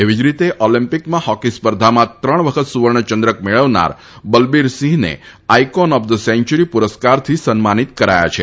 એવી જ રીતે ઓલિમ્પિકમાં હોકી સ્પર્ધામાં ત્રણ વખત સુવર્ણ ચંદ્રક મેળવનાર બલબીરસિંહને આઈકોન ઓફ ધ સેન્ચ્યુરી પુરસ્કારથી સન્માનીત કરાયા છે